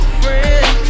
friends